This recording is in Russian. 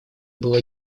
было